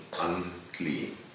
unclean